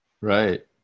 Right